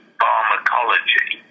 pharmacology